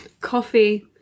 Coffee